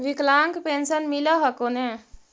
विकलांग पेन्शन मिल हको ने?